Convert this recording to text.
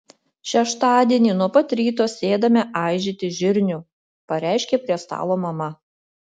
šeštadienį nuo pat ryto sėdame aižyti žirnių pareiškė prie stalo mama